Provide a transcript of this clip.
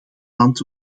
land